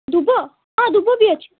ଦୁବ ହଁ ଦୁବ ବି ଅଛି